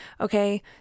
Okay